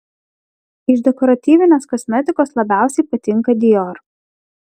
iš dekoratyvinės kosmetikos labiausiai patinka dior